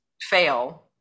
fail